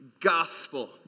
Gospel